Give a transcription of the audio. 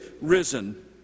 risen